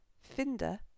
FINDER